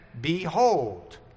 behold